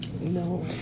No